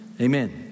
amen